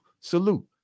salute